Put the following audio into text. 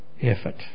effort